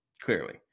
clearly